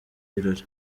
birori